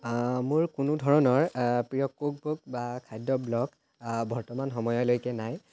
মোৰ কোনোধৰণৰ প্ৰিয় কুক বুক বা খাদ্য ব্লগ বৰ্তমান সময়লৈকে নাই